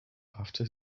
after